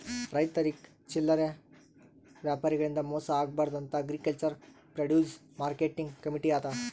ರೈತರಿಗ್ ಚಲ್ಲರೆ ವ್ಯಾಪಾರಿಗಳಿಂದ್ ಮೋಸ ಆಗ್ಬಾರ್ದ್ ಅಂತಾ ಅಗ್ರಿಕಲ್ಚರ್ ಪ್ರೊಡ್ಯೂಸ್ ಮಾರ್ಕೆಟಿಂಗ್ ಕಮೀಟಿ ಅದಾ